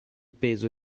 peso